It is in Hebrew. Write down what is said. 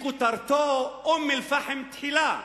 שכותרתו: אום-אל-פחם תחילה.